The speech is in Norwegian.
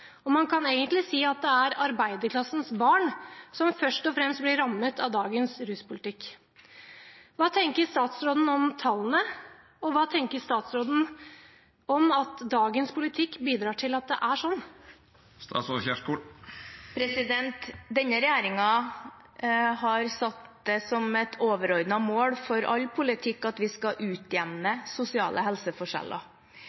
og man kan egentlig si at det er arbeiderklassens barn som først og fremst blir rammet av dagens ruspolitikk. Hva tenker statsråden om tallene, og hva tenker statsråden om at dagens politikk bidrar til at det er sånn? Denne regjeringen har satt det som et overordnet mål for all politikk at vi skal